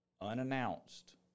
unannounced